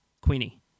Queenie